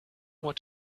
what